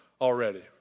already